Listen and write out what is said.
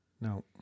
No